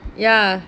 ya